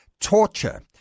torture